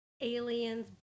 aliens